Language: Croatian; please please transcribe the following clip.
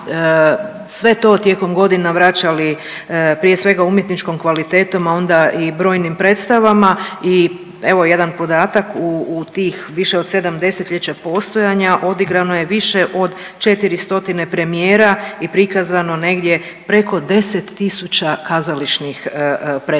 sve to tijekom godina vraćali prije svega umjetničkom kvalitetom, a onda i brojnim predstavama i evo jedan podatak. U tih više od 7 desetljeća postojanja odigrano je više od 4 stotine premijera i prikazano negdje preko 10 tisuća kazališnih predstava